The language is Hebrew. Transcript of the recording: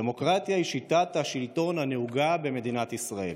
דמוקרטיה היא שיטת השלטון הנהוגה במדינת ישראל.